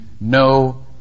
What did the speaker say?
no